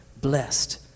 blessed